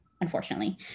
unfortunately